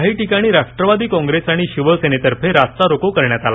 काही ठिकाणी राष्ट्रवादी कॉप्रेस आणि शिवसेनेतर्फे रास्ता रोको करण्यात आला